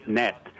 net